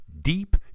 deep